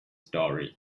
story